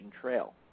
Trail